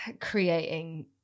creating